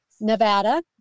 Nevada